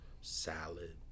salad